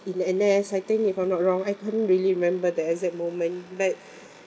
in N_S I think if I'm not wrong I couldn't really remember the exact moment but